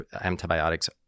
antibiotics